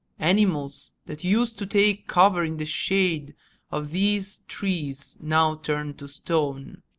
animals that used to take cover in the shade of these trees now turned to stone!